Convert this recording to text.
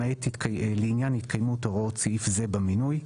למעט לעניין התקיימות הוראות סעיף זה במינוי."